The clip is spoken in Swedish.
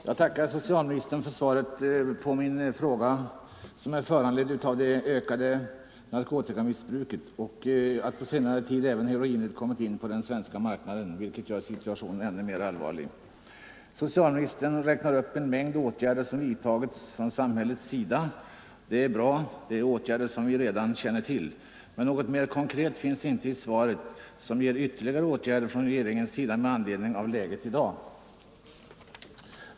Herr talman! Jag tackar socialministern för svaret på min fråga, som är föranledd av det ökade narkotikamissbruket och av den omständigheten att på senare tid även heroinet kommit in på den svenska marknaden, vilket gör situationen ännu mer allvarlig. Socialministern räknar upp en mängd åtgärder som vidtagits från samhällets sida. Det är bra — det är åtgärder som vi redan känner till. Men något mer konkret finns inte i svaret om ytterligare åtgärder från regeringens sida med anledning av läget i dag.